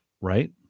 Right